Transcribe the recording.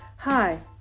Hi